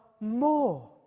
more